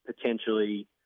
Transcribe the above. potentially